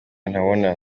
ntabona